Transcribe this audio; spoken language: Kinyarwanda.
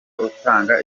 utanga